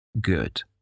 Good